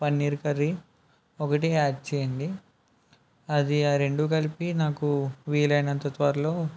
paneer curry ఒకటి add చేయండి అది ఆ రెండు కలిపి నాకు వీలైనంత త్వరలో